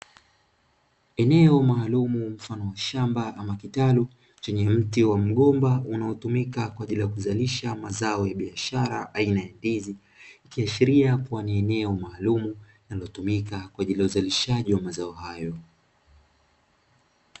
Eneo maalumu mfano wa shamba ama kitalu chenye mti wa mgomba unaotumika kwa ajili ya kuzalisha mazao ya biashara aina ya ndizi, ikiashiria kuwa ni eneo maalumu linalotumika kwa ajili ya uzalishaji wa mazao hayo.